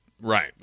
Right